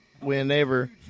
whenever